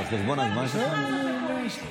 שלוש דקות לרשותך.